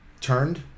turned